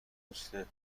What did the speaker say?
دوستت